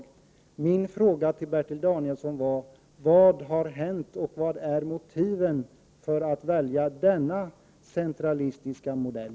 Jag upprepar min fråga till Bertil Danielsson: Vad har hänt och vad är motiven för att välja denna centralistiska modell?